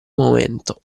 momento